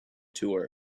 tour